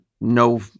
no